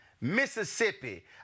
Mississippi